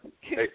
Hey